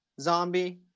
zombie